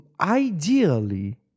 ideally